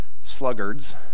sluggards